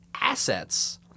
assets